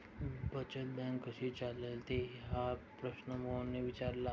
बचत बँक कशी चालते हा प्रश्न मोहनने विचारला?